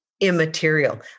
Immaterial